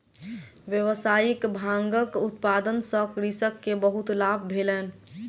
व्यावसायिक भांगक उत्पादन सॅ कृषक के बहुत लाभ भेलैन